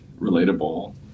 relatable